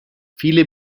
viele